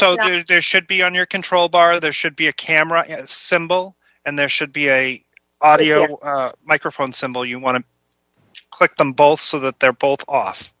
it should be under control bar there should be a camera symbol and there should be a audio microphone cymbal you want to click them both so that they're both off